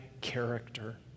character